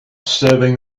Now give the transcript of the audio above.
serving